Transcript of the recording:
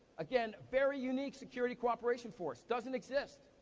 again, very unique security cooperation force. doesn't exist.